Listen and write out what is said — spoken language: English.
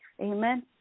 Amen